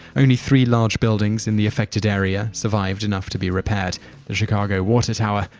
only three large buildings in the affected area survived enough to be repaired the chicago water tower,